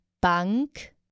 Bank